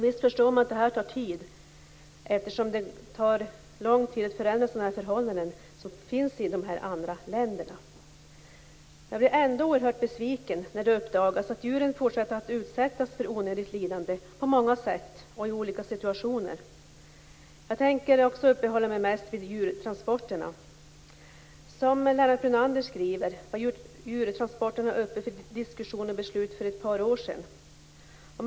Visst förstår man att detta tar tid, eftersom det tar lång tid att förändra dessa förhållanden som finns i de andra länderna. Jag blir ändå oerhört besviken när det uppdagas att djuren på många sätt och i olika situationer fortsätter att utsättas för onödigt lidande. Jag tänker uppehålla mig mest vid djurtransporterna. Lennart Brunander skrev i sin interpellation att djurtransporterna var uppe till diskussion och beslut för ett par år sedan.